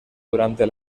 durante